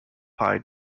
pye